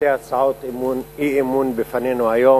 הרבה הצעות אי-אמון בפנינו היום.